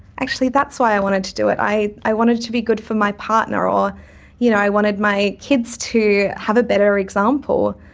actually that's why i wanted to do it, i i wanted to be good for my partner, or you know i wanted my kids to have a better example.